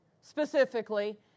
specifically